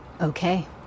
Okay